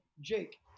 Jake